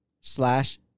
slash